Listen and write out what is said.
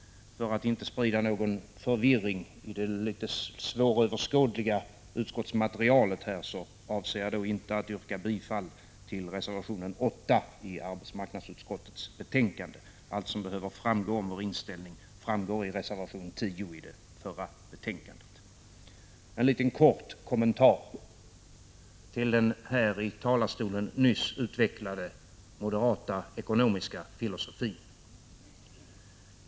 För att inte sprida någon förvirring i det litet svåröverskådliga utskottsmaterialet avser jag att inte yrka bifall till reservation 8 i arbetsmarknadsutskottets betänkande. Allt som behöver framgå kommer fram i reservation 10i det förra betänkandet. En liten kort kommentar till den här i talarstolen nyss utvecklade moderata ekonomiska filosofin.